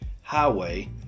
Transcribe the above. highway